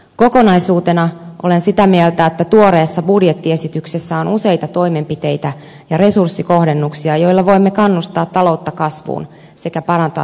kokonaisuutena olen sitä mieltä että tuoreessa budjettiesityksessä on useita toimenpiteitä ja resurssikohdennuksia joilla voimme kannustaa taloutta kasvuun sekä parantaa työllisyyttä